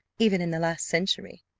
even in the last century.